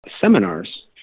seminars